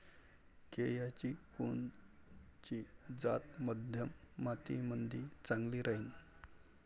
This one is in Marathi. केळाची कोनची जात मध्यम मातीमंदी चांगली राहिन?